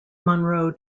monroe